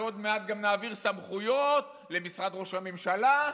ועוד מעט גם נעביר סמכויות למשרד ראש הממשלה,